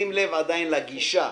שים לב עדיין לגישה.